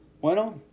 Bueno